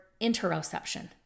interoception